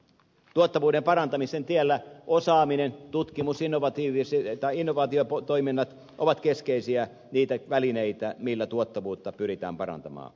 tuottavuuden parantamisen tiellä osaaminen tutkimus innovaatiotoiminnat ovat niitä keskeisiä välineitä millä tuottavuutta pyritään parantamaan